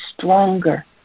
stronger